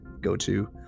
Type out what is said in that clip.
go-to